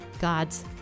God's